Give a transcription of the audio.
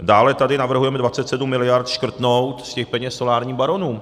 Dále tady navrhujeme 27 mld. škrtnout z těch peněz solárním baronům.